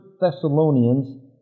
Thessalonians